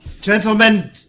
Gentlemen